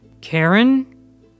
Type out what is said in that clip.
Karen